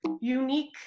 unique